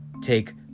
take